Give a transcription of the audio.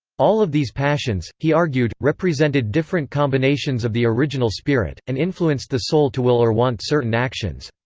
all of these passions, he argued, represented different combinations of the original spirit, and influenced the soul to will or want certain actions.